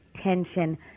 tension